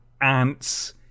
Ants